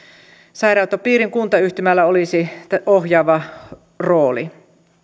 sairaanhoitopiirin kuntayhtymällä olisi ohjaava rooli